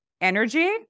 energy